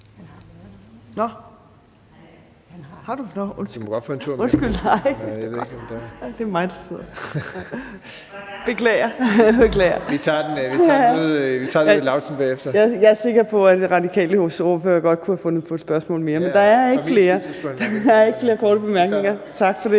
jeg er sikker på, at De Radikales ordfører godt kunne have fundet på et spørgsmål mere, men der er ikke flere korte bemærkninger. Tak for det.